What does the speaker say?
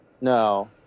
No